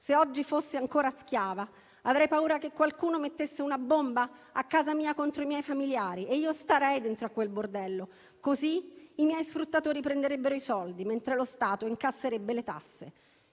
Se oggi fossi ancora schiava, avrei paura che qualcuno mettesse una bomba a casa mia contro i miei familiari e io starei dentro a quel bordello. Così i miei sfruttatori prenderebbero i soldi, mentre lo Stato incasserebbe le tasse.